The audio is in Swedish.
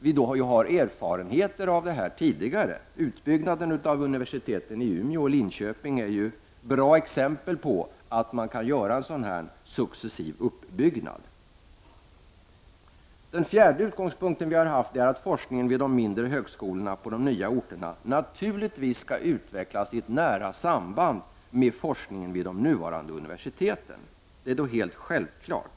Vi har erfarenheter av detta sedan tidigare. Utbyggnaden av universiteten i Umeå och Linköping är ju bra exempel på att man kan göra en sådan här successiv uppbyggnad. Den fjärde utgångspunkten som vi har haft är att forskningen på de nya högskoleorterna naturligtvis skall utvecklas i nära samband med forskningen vid de nuvarande universiteten. Det är självklart.